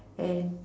and